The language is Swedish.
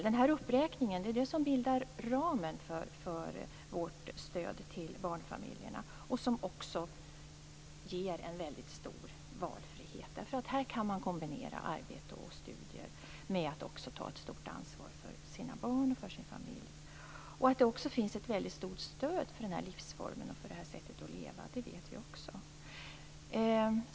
Den här uppräkningen som bildar ramen för vårt stöd till barnfamiljerna ger också en väldigt stor valfrihet. Här kan man kombinera arbete och studier med att ta ett stort ansvar för sina barn och sin familj. Vi vet att det finns ett starkt stöd för den här livsformen och det här sättet att leva.